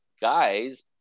guys